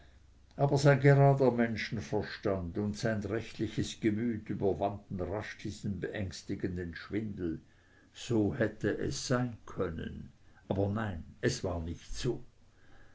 aber sein gerader menschenverstand und sein rechtliches gemüt überwanden rasch diesen beängstigenden schwindel so hätte es sein können aber nein es war nicht so